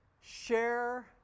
Share